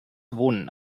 wohnen